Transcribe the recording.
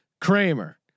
Kramer